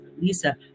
lisa